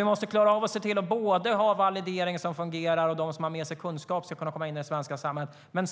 Vi måste klara av att se till att både ha en validering som fungerar och att de som har med sig kunskap ska kunna komma in i det svenska samhället, men